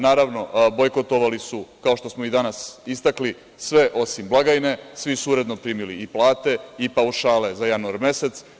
Naravno, bojkotovali su kao što smo i danas istakli, sve osim blagajne, svi su uredno primili i plate i paušale za januar mesec.